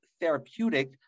therapeutic